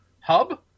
Hub